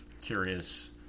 curious